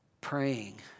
praying